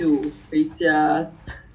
and the two weeks right they drag is counted eh